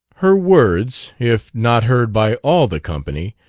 her words, if not heard by all the company,